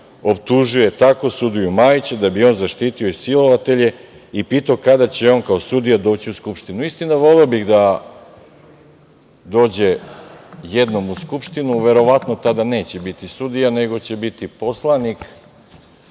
optužio je tako sudiju Majića da bi on zaštitio i silovatelje i pitao kada će on kao sudija doći u Skupštinu“.Istina, voleo bih da dođe jednom u Skupštinu, verovatno tada neće biti sudija, nego će biti poslanik,